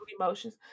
emotions